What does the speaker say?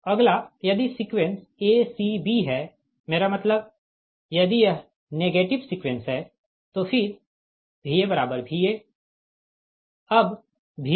अगला यदि sequence a c b है मेरा मतलब है यदि यह एक नेगेटिव सीक्वेंस है तो फिर VaVa अब VbβVa और Vc2Va